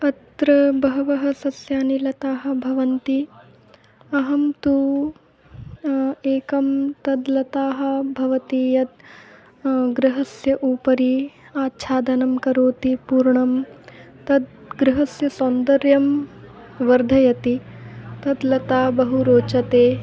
अत्र बहवः सस्यानि लताः भवन्ति अहं तु एकं तद् लता भवति यद् गृहस्य ऊपरि आच्छादनं करोति पूर्णं तद् गृहस्य सौन्दर्यं वर्धयति तद् लता बहु रोचते